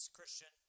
Christian